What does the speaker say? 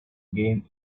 game